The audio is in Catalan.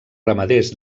ramaders